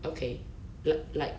okay the like